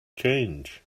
change